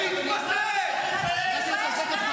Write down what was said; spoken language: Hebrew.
אם אחרי 7 באוקטובר האנשים האלה חושבים